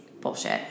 bullshit